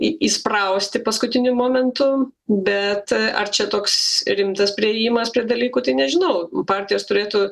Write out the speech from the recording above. į įsprausti paskutiniu momentu bet ar čia toks rimtas priėjimas prie dalykų tai nežinau partijos turėtų